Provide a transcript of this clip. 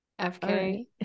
FK